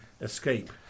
escape